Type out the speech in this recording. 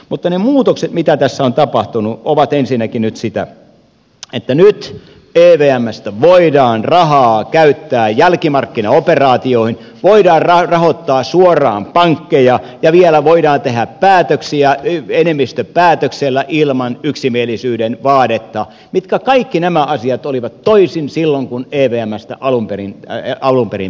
mutta ne muutokset mitä tässä on tapahtunut ovat ensinnäkin nyt niitä että nyt evmstä voidaan rahaa käyttää jälkimarkkinaoperaatioihin voidaan rahoittaa suoraan pankkeja ja vielä voidaan tehdä päätöksiä enemmistöpäätöksellä ilman yksimielisyyden vaadetta mitkä kaikki asiat olivat toisin silloin kun evmstä alun perin päätettiin